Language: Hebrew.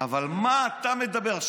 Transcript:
אבל מה אתה מדבר?